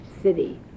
city